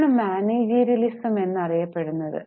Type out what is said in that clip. ഇതാണ് മാനേജീരിയലിസം എന്ന് അറിയപ്പെടുന്നത്